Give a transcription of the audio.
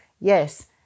yes